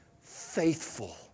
faithful